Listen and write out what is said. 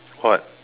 what